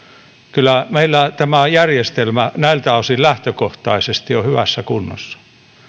kyllä meillä tämä järjestelmä näiltä osin lähtökohtaisesti on hyvässä kunnossa